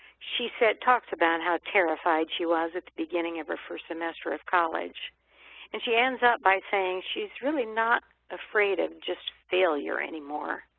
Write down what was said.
she talks about how terrified she was at the beginning of her first semester of college and she ends up by saying she's really not afraid of just failure anymore.